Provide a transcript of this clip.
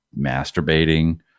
masturbating